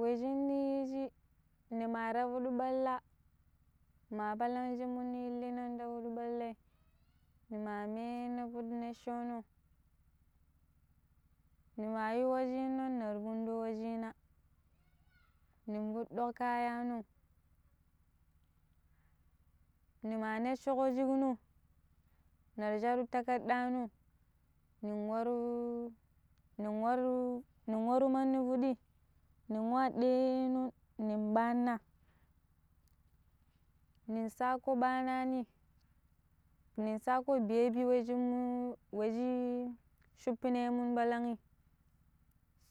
we shina yiiji nima ti pidi ɓalla, ma palan shiminu illinan ti pidi ɓallai nima meena piɗi nesoono nima yu wushinam nira funɗo wushina. Nin fuɗɗo kayano. Nima nessho ƙo shiƙno nira shaɗɗo ta kaɗɗano nin waaru ni waaru nin war manni piɗi nin wa ɗeenon nin paana nin saako ɓaanani, min saako ɓiya bi we shiƙnu we shi shupennemon palanyi